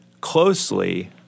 closely